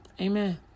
Amen